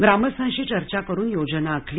ग्रामस्थांशी चर्चा करून योजना आखली